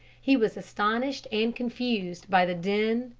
he was astonished and confused by the din,